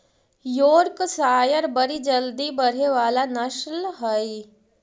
Yorkshire बड़ी जल्दी बढ़े वाला नस्ल हई